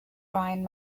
brian